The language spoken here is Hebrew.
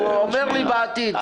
הוא אומר שזה יישקל בעתיד.